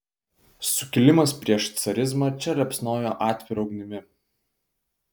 sukilimas prieš carizmą čia liepsnojo atvira ugnimi